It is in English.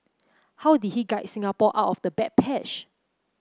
how did he guide Singapore out of the bad patch